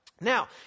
Now